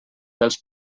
dels